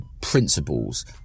principles